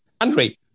Andre